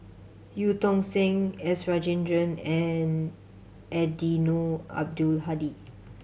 Eu Tong Sen S Rajendran and Eddino Abdul Hadi